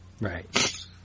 Right